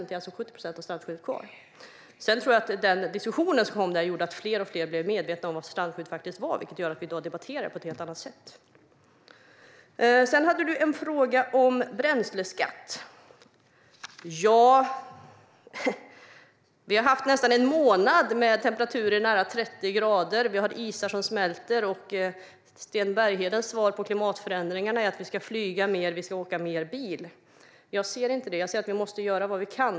Det är alltså 70 procent av strandskyddet som finns kvar. Den diskussion som uppstod gjorde nog att fler och fler blev medvetna om vad strandskydd faktiskt innebär, vilket gör att vi nu debatterar det på ett helt annat sätt. Sedan hade du en fråga om bränsleskatt. I nästan en månad har vi haft temperaturer på nära 30 grader. Det finns isar som smälter. Sten Berghedens svar på klimatförändringar är att vi ska flyga mer och åka mer bil. Jag ser det inte så. Vi måste göra vad vi kan.